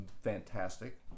fantastic